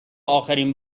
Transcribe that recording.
اخرین